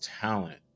talent